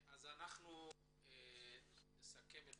אנחנו נסכם את